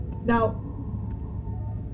Now